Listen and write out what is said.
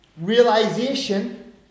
realization